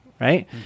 right